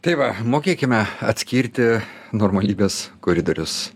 tai va mokėkime atskirti narmalybės koridorius